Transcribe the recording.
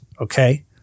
Okay